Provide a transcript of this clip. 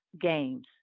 games